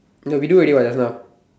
no we do already what just now